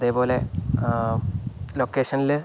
അതേപോലെ ലൊക്കേഷനിൽ